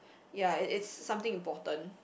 ya it is something important